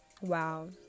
Wow